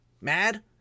mad